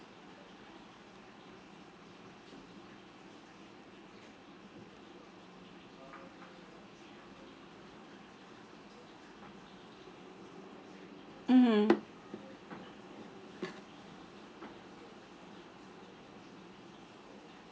mmhmm